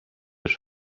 już